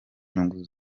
nyungu